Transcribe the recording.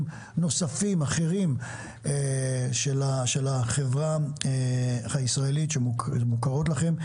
נוספים אחרים של החברה הישראלית שמוכרים לכם.